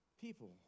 people